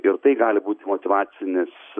ir tai gali būti motyvacinis